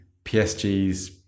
PSG's